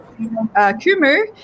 Kumu